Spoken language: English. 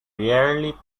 rarely